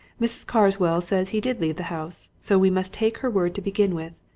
mrs. carswell says he did leave the house, so we must take her word to begin with,